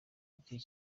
yabwiye